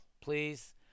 please